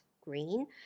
green